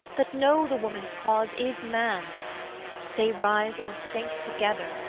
that know the woman's cause is man's they rise or sink together,